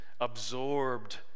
absorbed